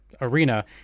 arena